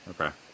Okay